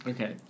Okay